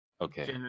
Okay